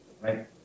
Right